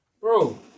Bro